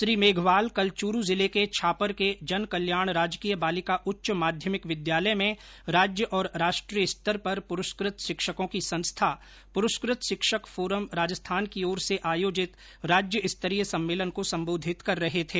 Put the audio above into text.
श्री मेघवाल कल चूरू जिले के छापर के जन कल्याण राजकीय बालिका उच्च माध्यमिक विद्यालय में राज्य और राष्ट्रीय स्तर पर पुरूस्कृत शिक्षकों की संस्था पुरस्कृत शिक्षक फोरम राजस्थान की ओर से आयोजित राज्य स्तरीय सम्मेलन को सम्बोधित कर रहे थे